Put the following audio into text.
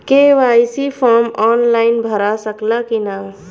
KYC form online भरा सकला की ना?